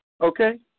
Okay